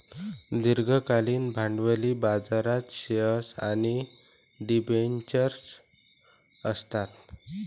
दीर्घकालीन भांडवली बाजारात शेअर्स आणि डिबेंचर्स असतात